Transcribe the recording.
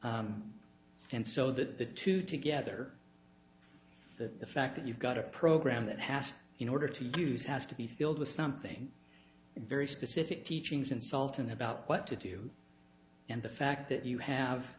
there and so that the two together that the fact that you've got a program that has an order to use has to be filled with something very specific teachings in salt and about what to do and the fact that you have